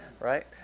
right